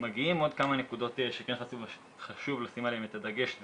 עוד כמה נקודות שבאמת חשוב לשים עליהן את הדגש זה